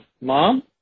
Mom